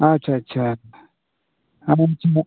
ᱟᱪᱪᱷᱟ ᱟᱪᱪᱷᱟ ᱟᱢᱮᱢ